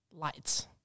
lights